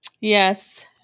Yes